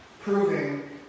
proving